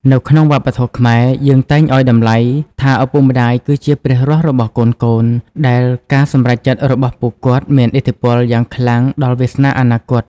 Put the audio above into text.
នៅក្នុងវប្បធម៌ខ្មែរ យើងតែងឱ្យតម្លៃថាឪពុកម្ដាយគឺជាព្រះរស់របស់កូនៗ ដែលការសម្រេចចិត្តរបស់ពួកគាត់មានឥទ្ធិពលយ៉ាងខ្លាំងដល់វាសនាអនាគត។